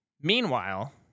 meanwhile